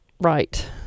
Right